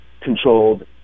controlled